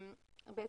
ולא הרשם.